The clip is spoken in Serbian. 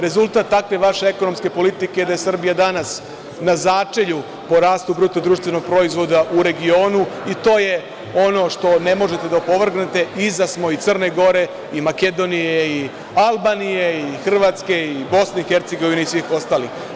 Rezultat takve vaše ekonomske politike je da je Srbija danas na začelju po rastu BDP u regionu i to je ono što ne možete da opovrgnete, iza smo i Crne Gore i Makedonije i Albanije i Hrvatske i Bosne i Hercegovine i svih ostalih.